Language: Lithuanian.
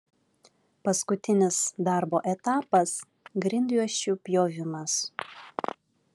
paskutinis darbo etapas grindjuosčių pjovimas